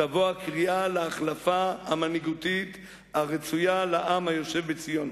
תבוא הקריאה להחלפה המנהיגותית הרצויה לעם היושב בציון.